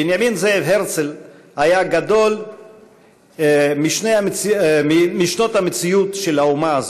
בנימין זאב הרצל היה גְדול משַנֵּי המציאות של האומה הזאת.